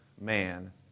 man